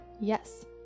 Yes